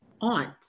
aunt